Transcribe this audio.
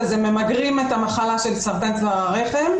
אז הם ממגרים את המחלה של סרטן צוואר הרחם,